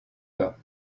pas